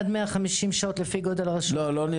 לזכאות הקיימת.